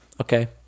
okay